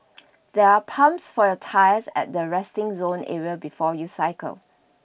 there are pumps for your tyres at the resting zone it will before you cycle